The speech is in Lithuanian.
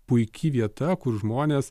puiki vieta kur žmonės